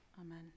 amen